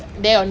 (uh huh)